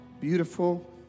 beautiful